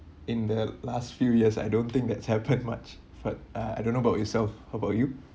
in the last few years I don't think that's happened much for uh I don't know about yourself how about you